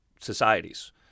societies